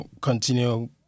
continue